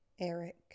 Eric